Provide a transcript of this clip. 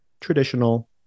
traditional